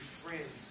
friend